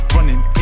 Running